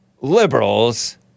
liberals